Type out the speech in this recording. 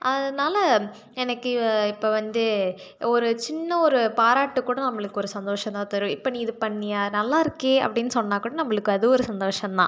அதனால எனக்கு இப்போ வந்து ஒரு சின்ன ஒரு பாராட்டுக்கூட நம்மளுக்கு ஒரு சந்தோஷம் தான் தரும் இப்போ நீ இது பண்ணியா நல்லாருக்கே அப்படின்னு சொன்னால் கூட நம்மளுக்கு அது ஒரு சந்தோஷம் தான்